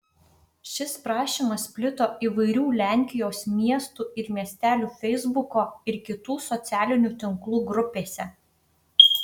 šis prašymas plito įvairių lenkijos miestų ir miestelių feisbuko ir kitų socialinių tinklų grupėse